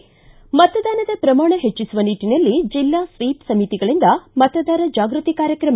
ಿಂ ಮತದಾನದ ಪ್ರಮಾಣ ಹೆಚ್ಚಿಸುವ ನಿಟ್ಟನಲ್ಲಿ ಜಿಲ್ಲಾ ಸ್ವೀಪ ಸಮಿತಿಗಳಿಂದ ಮತದಾರ ಜಾಗೃತಿ ಕಾರ್ಯಕ್ರಮ